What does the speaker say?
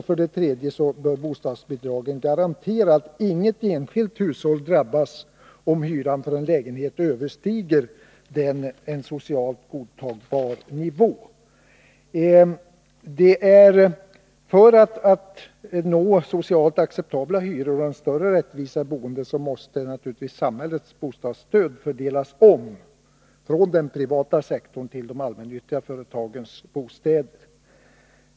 För det tredje bör bostadsbidragen garantera att inget enskilt hushåll drabbas, om hyran för en lägenhet överstiger en socialt godtagbar nivå. För att nå socialt acceptabla hyror och en större rättvisa i boendet måste naturligtvis samhällets bostadsstöd fördelas om från den privata sektorn till de allmännyttiga företagens bostäder.